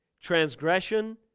Transgression